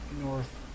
North